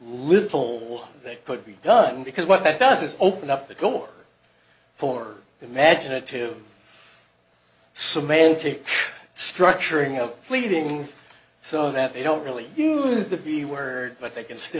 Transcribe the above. loophole that could be done because what that does is open up the door for imaginative semantic structuring of pleading so that they don't really is the b word but they can st